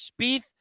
Spieth